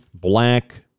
black